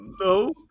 no